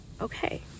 okay